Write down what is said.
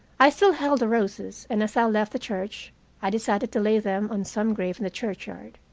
i still held the roses, and as i left the church i decided to lay them on some grave in the churchyard.